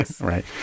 Right